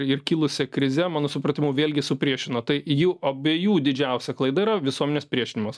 ir kilusia krize mano supratimu vėlgi supriešino tai jų abiejų didžiausia klaida yra visuomenės priešinimas